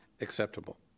acceptable